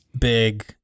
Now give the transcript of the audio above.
big